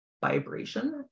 vibration